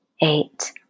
eight